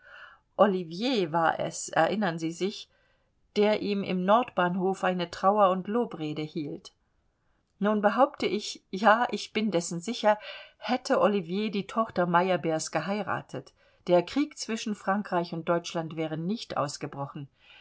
ollivier war es erinnern sie sich der ihm im nordbahnhof eine trauer und lobrede hielt nun behaupte ich ja ich bin dessen sicher hätte ollivier die tochter meyerbeers geheiratet der krieg zwischen frankreich und deutschland wäre nicht ausgebrochen